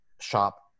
shop